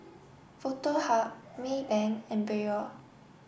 Foto Hub Maybank and Biore